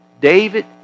David